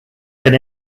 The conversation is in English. can